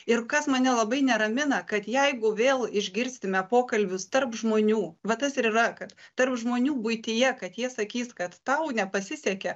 ir kas mane labai neramina kad jeigu vėl išgirsime pokalbius tarp žmonių va tas ir yra kad tarp žmonių buityje kad jie sakys kad tau nepasisekė